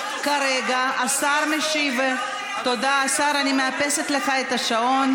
השר משיב להצעת החוק.